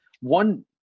One